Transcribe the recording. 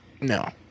No